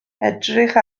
edrych